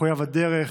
מחויב לדרך